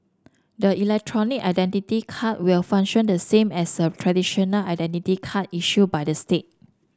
the electronic identity card will function the same as a traditional identity card issued by the state